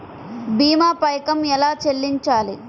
భీమా పైకం ఎలా చెల్లించాలి?